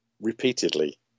repeatedly